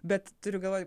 bet turiu galvoj